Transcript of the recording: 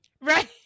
right